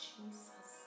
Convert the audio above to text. Jesus